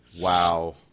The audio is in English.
Wow